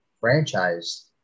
franchise